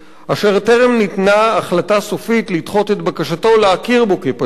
וטרם ניתנה החלטה סופית לדחות את בקשתו להכיר בו כפליט,